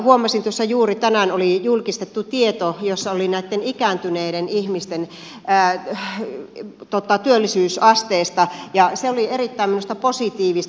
huomasin tuossa juuri että tänään oli julkistettu tieto näitten ikääntyneiden ihmisten työllisyysasteesta ja se oli minusta erittäin positiivista